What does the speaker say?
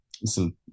listen